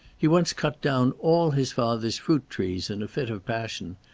he once cut down all his father's fruit-trees in a fit of passion,